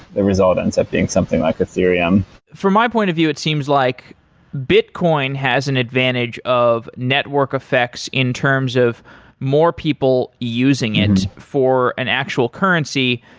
the result and so on something like ethereum for my point of view, it seems like bitcoin has an advantage of network affects in terms of more people using it for an actual currency.